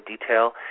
detail